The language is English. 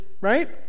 right